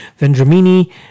vendramini